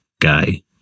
guy